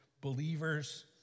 Believers